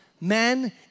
men